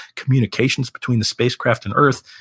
communications between the spacecraft and earth,